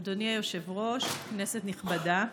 אדוני היושב-ראש, כנסת נכבדה,